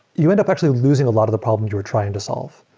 you end up actually losing a lot of the problems you were trying to solve.